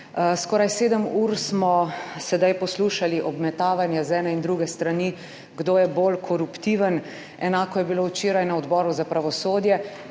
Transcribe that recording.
Skoraj sedem ur smo sedaj poslušali obmetavanje z ene in druge strani, kdo je bolj koruptiven, enako je bilo včeraj na Odboru za pravosodje,